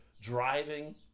driving